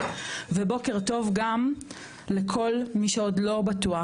ובוקר טוב גם לכל מי שעוד לא בטוח,